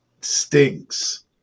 stinks